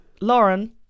Lauren